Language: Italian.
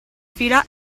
fila